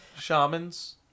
shamans